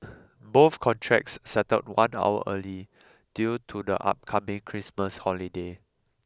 both contracts settled one hour early due to the upcoming Christmas holiday